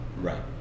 Right